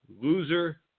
loser